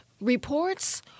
reports